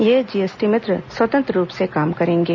ये जीएसटी मित्र स्वतंत्र रूप से काम करेंगे